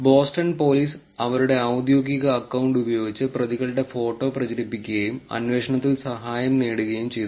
Boston police അവരുടെ ഔദ്യോഗിക account ഉപയോഗിച്ച് പ്രതികളുടെ ഫോട്ടോ പ്രചരിപ്പിക്കുകയും അന്വേഷണത്തിൽ സഹായം നേടുകയും ചെയ്തു